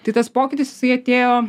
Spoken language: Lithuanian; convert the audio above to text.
tai tas pokytis jisai atėjo